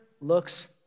looks